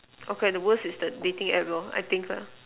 okay the worse is the dating App lor I think lah